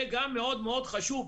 זה גם מאוד חשוב.